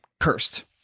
Cursed